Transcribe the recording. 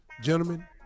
gentlemen